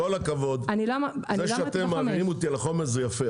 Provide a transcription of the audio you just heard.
עם כל הכבוד, זה שאתם מעבירים אותי לחומש זה יפה.